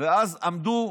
ואז עמדו,